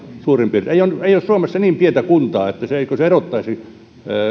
suurin piirtein samalla tavalla ei ole suomessa niin pientä kuntaa etteikö se erottaisi